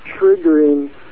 triggering